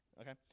Okay